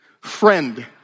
friend